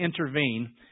intervene